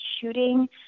shooting